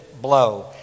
blow